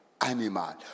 animal